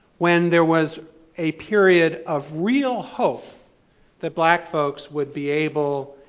when there was a period of real hope that black folks would be able,